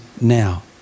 now